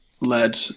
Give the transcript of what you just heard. led